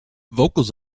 vocals